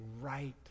right